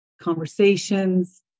Conversations